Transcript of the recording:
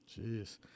Jeez